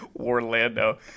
Orlando